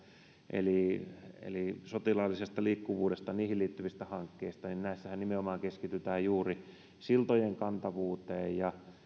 eli eli sotilaallisesta liikkuvuudesta ja siihen liittyvistä hankkeista näissähän nimenomaan keskitytään juuri siltojen kantavuuteen ja